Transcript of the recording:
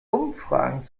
umfragen